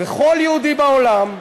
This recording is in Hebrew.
וכל יהודי בעולם,